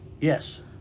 Yes